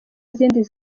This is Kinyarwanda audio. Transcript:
izindi